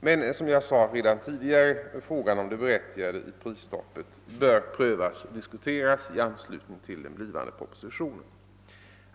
Men, som jag sade redan tidigare, frågan om det berättigade i prisstoppet bör diskuteras i anslutning till den kommande propositionen.